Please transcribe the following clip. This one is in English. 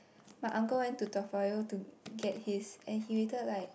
my uncle went to Toa-Payoh to get his and he waited like